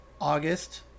August